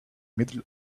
middle